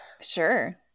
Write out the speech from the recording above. Sure